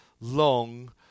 long